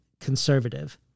conservative